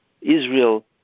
Israel